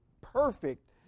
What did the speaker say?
perfect